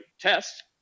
test